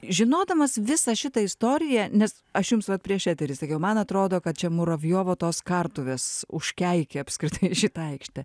žinodamas visą šitą istoriją nes aš jums va prieš eterį sakiau man atrodo kad čia muravjovo tos kartuvės užkeikė apskritai šitą aikštę